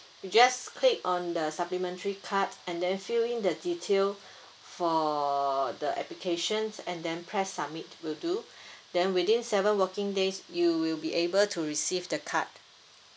just click on the supplementary card and then fill in the details for the applications and then press submit will do then within seven working days you will be able to receive the card